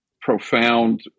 profound